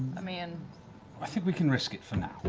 i mean i think we can risk it for now.